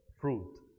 fruit